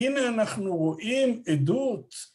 ‫הנה אנחנו רואים עדות.